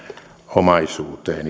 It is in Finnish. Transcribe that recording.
omaisuuteen